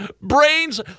Brains